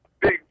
big